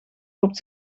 loopt